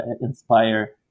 Inspire